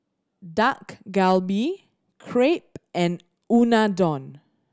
Dak Galbi Crepe and Unadon